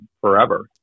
forever